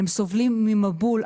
סובלים ממבול,